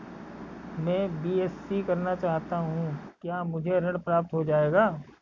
मैं बीएससी करना चाहता हूँ क्या मुझे ऋण प्राप्त हो जाएगा?